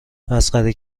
مسخره